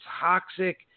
toxic